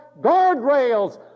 guardrails